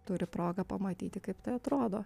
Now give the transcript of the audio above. turi progą pamatyti kaip tai atrodo